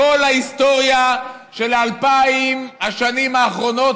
בכל ההיסטוריה של אלפיים השנים האחרונות